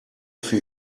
für